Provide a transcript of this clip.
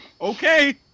Okay